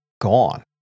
gone